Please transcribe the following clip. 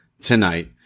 tonight